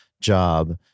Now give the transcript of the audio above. job